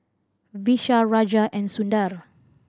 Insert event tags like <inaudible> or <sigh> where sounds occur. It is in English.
Vishal Raja and Sundar <unintelligible>